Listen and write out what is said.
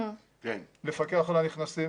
לפקח על הנכנסים.